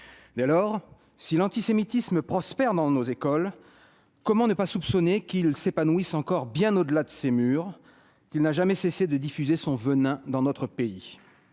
Dès lors, si l'antisémitisme prospère dans nos écoles, comment ne pas soupçonner qu'il s'épanouisse encore bien au-delà de leurs murs et qu'il n'ait jamais cessé de diffuser son venin dans notre pays ?